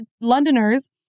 Londoners